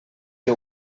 que